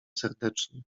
serdecznie